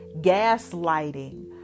gaslighting